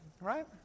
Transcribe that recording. right